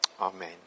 Amen